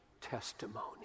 testimony